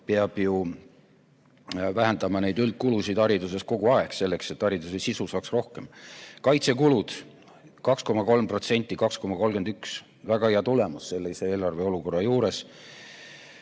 peab ju vähendama neid üldkulusid hariduses kogu aeg, selleks et hariduse sisu saaks rohkem. Kaitsekulud 2,31% – väga hea tulemus sellise eelarveolukorra juures.